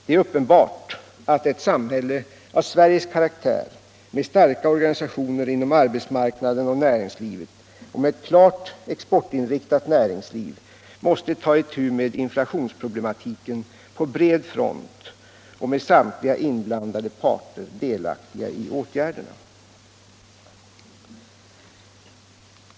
Det är uppenbart att ett samhälle av Sveriges karaktär med starka organisationer inom arbetsmarknaden och näringslivet och med klart exportinriktat näringsliv måste ta itu med inflationsproblematiken på bred front och med samtliga inblandade parter delaktiga i åtgärderna.